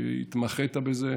שהתמחית בזה,